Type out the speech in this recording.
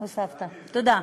הוספת, תודה.